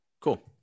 Cool